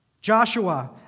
Joshua